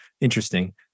interesting